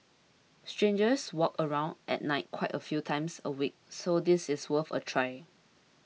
strangers walk around at night quite a few times a week so this is worth a try